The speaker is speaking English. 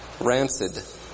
rancid